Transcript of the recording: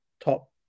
top